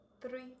three